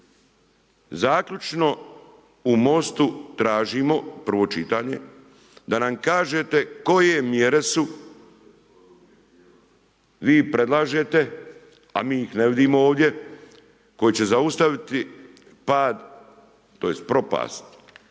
Zaključno u Mostu tražimo prvo čitanje da nam kažete koje mjere su, vi predlažete, a mi ih ne vidimo ovdje koje će zaustaviti pad, tj. propast